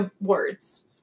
words